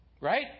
Right